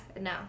No